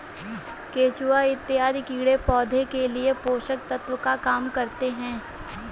केचुआ इत्यादि कीड़े पौधे के लिए पोषक तत्व का काम करते हैं